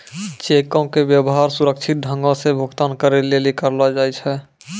चेको के व्यवहार सुरक्षित ढंगो से भुगतान करै लेली करलो जाय छै